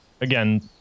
again